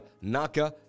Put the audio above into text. Naka